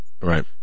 Right